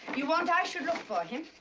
you want i should look for him?